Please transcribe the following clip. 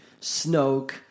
Snoke